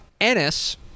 Ennis